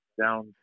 down